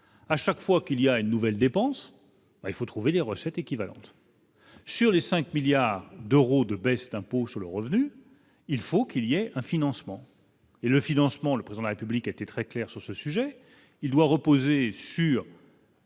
à chaque fois qu'il y a une nouvelle dépense, il faut trouver des recettes équivalentes. Sur les 5 milliards d'euros de baisse d'impôt sur le revenu, il faut qu'il y ait un financement et le financement, le président la République a été très clair sur ce sujet, il doit reposer sur.